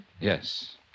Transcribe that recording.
Yes